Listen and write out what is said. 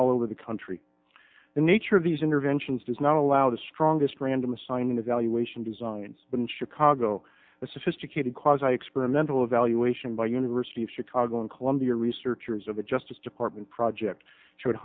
all over the country the nature of these interventions does not allow the strongest random assignment evaluation designs but in chicago a sophisticated cause i experimental evaluation by university of chicago and columbia researchers of the justice department project sho